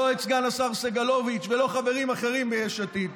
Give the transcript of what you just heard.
לא את סגן השר סגלוביץ' ולא חברים אחרים ביש עתיד.